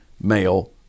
male